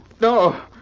No